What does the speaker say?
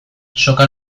soka